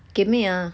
kemek ah